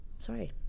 Sorry